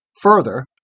Further